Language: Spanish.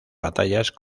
batallas